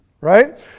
Right